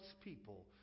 people